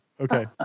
Okay